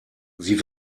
sie